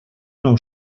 nou